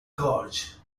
gorge